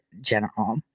general